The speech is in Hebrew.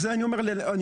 אני אומר שוב,